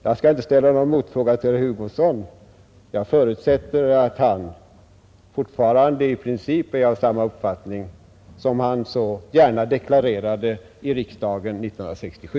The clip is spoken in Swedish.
Jag skall inte ställa någon motfråga till herr Hugosson; jag förutsätter att han fortfarande i princip är av samma uppfattning som han så gärna deklarerade i riksdagen 1967.